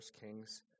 Kings